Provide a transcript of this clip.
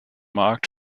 markt